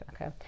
Okay